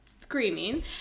screaming